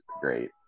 great